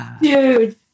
dude